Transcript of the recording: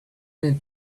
need